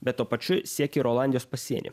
bet tuo pačiu siekė ir olandijos pasienį